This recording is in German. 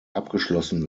abgeschlossen